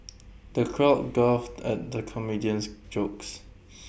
the crowd guffawed at the comedian's jokes